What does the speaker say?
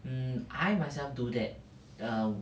mm I myself do that err